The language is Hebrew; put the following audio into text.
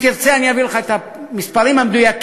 אם תרצה אני אביא לך את המספרים המדויקים,